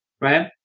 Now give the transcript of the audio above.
right